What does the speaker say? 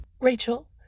Rachel